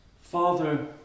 Father